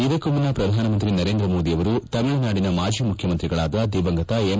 ಇದಕ್ಕೂ ಮುನ್ನ ಪ್ರಧಾನಮಂತ್ರಿ ನರೇಂದ್ರ ಮೋದಿ ಅವರು ತಮಿಳುನಾಡಿನ ಮಾಜಿ ಮುಖ್ಯಮಂತ್ರಿಗಳಾದ ದಿವಂಗತ ಎಂ